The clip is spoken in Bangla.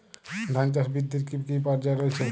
ধান চাষ বৃদ্ধির কী কী পর্যায় রয়েছে?